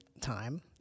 time